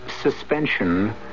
suspension